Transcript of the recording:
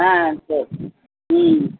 ஆ சரி ம்